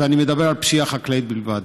אני מדבר על פשיעה חקלאית בלבד.